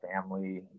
family